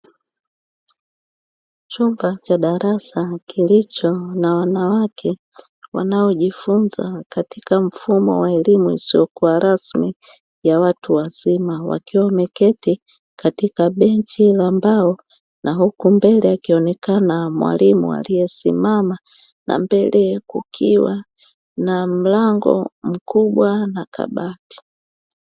Chumba cha darasa kilicho na wanawake wanaojifunza katika mfumo wa elimu isiyokuwa rasmi ya watu wazima, wakiwa wameketi katika benchi la mbao na huku mbele akionekana mwalimu aliyesimama na mbele kukiwa na mlango mkubwa na kabati.